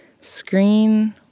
screen